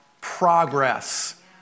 progress